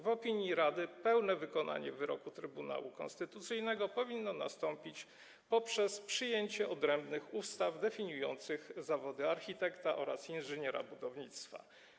W opinii rady pełne wykonanie wyroku Trybunału Konstytucyjnego powinno nastąpić poprzez przyjęcie odrębnych ustaw definiujących zawody architekta oraz inżyniera budownictwa.